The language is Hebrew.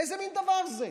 איזה מין דבר זה?